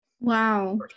wow